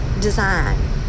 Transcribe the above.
design